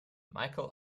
michael